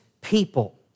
people